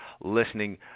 listening